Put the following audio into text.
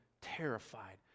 terrified